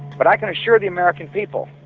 but i can assure the american people,